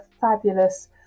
fabulous